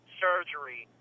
surgery